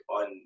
on